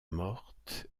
morte